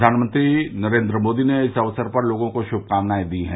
प्रधानमंत्री नरेन्द्र मोदी ने इस अवसर पर लोगों को श्मकामनाएं दी हैं